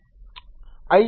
I ಏನು